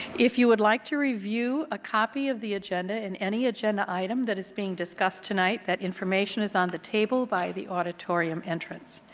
if you would like to review a copy of the agenda, and any agenda that is being discussed tonight, that information is on the table by the auditorium entrance.